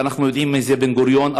ואנחנו יודעים מי זה בן גוריון,